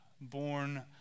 born